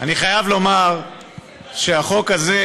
אני חייב לומר שהחוק הזה,